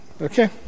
okay